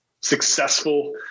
successful